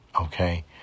okay